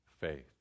faith